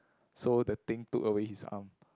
so the thing took away his arm